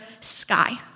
sky